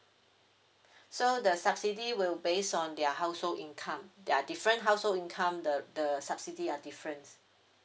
so the subsidy will based on their household income they're different household income the the subsidy are different